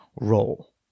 role